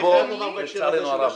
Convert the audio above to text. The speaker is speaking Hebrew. אני חייב לומר בהקשר הזה.